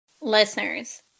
Listeners